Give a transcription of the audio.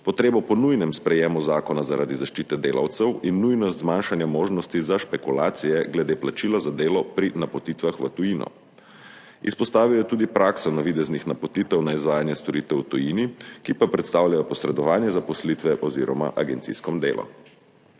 potrebo po nujnem sprejetju zakona zaradi zaščite delavcev in nujnost zmanjšanja možnosti za špekulacije glede plačila za delo pri napotitvah v tujino. Izpostavil je tudi prakso navideznih napotitev na izvajanje storitev v tujini, ki pa predstavljajo posredovanje zaposlitve oziroma agencijsko delo.